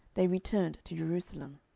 they returned to jerusalem.